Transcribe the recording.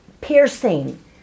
piercing